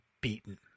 Beaten